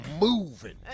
moving